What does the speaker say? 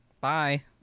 bye